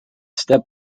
step